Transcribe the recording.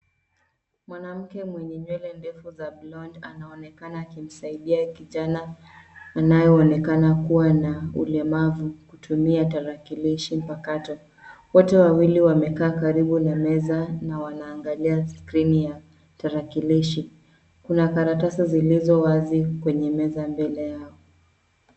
Mwanamke mwenye nywele ndefu za blonde anaonekana akimsaidia kijana anayeonekana kuwa na ulemavu kutumia tarakilishi mpakato. Wote wawili wamekaa karibu na meza na wanaangalia skrini ya tarakilishi. Kuna karatasi zilizo wazi kwenye meza mbele yao.